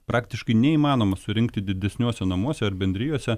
praktiškai neįmanoma surinkti didesniuose namuose ar bendrijose